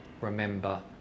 remember